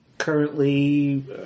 currently